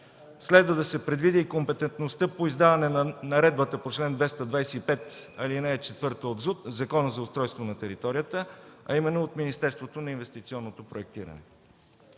следва да се предвиди и компетентността по издаване на наредбата по чл. 225, ал. 4 от Закона за устройство на територията, а именно от Министерството на инвестиционното проектиране.